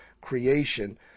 creation